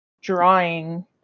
drawing